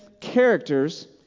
characters